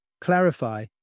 Clarify